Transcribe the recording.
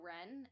Ren